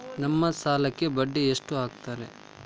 ನಮ್ ಸಾಲಕ್ ಬಡ್ಡಿ ಎಷ್ಟು ಹಾಕ್ತಾರ?